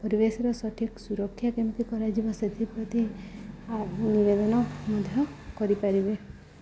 ପରିବେଶର ସଠିକ୍ ସୁରକ୍ଷା କେମିତି କରାଯିବ ସେଥିପ୍ରତି ନିବେଦନ ମଧ୍ୟ କରିପାରିବେ